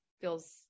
feels